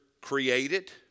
created